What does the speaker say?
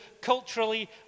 culturally